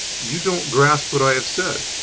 you don't grasp what i have said!